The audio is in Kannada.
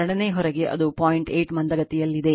8 ಮಂದಗತಿಯಲ್ಲಿದೆ